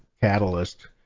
catalyst